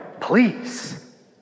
Please